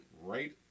Right